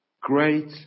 great